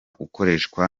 ukoreshwa